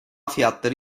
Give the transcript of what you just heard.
fiyatları